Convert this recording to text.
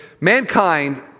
mankind